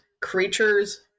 creatures